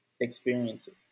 experiences